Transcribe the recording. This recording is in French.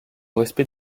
respect